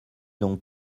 donc